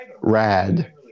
Rad